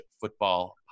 Football